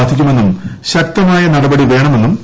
ബാധിക്കുമെന്നും ശക്തമായ നടപടി വേണമെന്നും യു